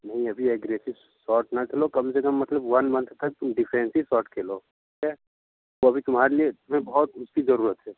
नहीं अभी aggressive shot ना खेलो कम से कम मतलब वन मंथ तक तुम डिफेंसिव शॉट खेलो ठीक है तो अभी तुम्हारे लिए तुम्हें बहुत उसकी ज़रूरत है